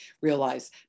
realize